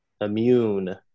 immune